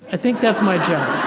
i think that's my job